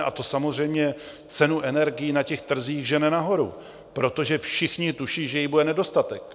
A to samozřejmě cenu energií na trzích žene nahoru, protože všichni tuší, že jí bude nedostatek.